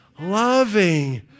loving